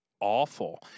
awful